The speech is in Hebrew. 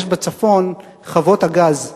יש בצפון "חוות הגז".